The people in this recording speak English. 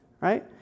right